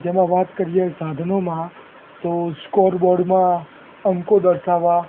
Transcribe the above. જેમાં વાત કરીએ સાધનોમાં તો સ્કોર બોર્ડમાં અંકો દર્શાવવા